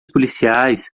policiais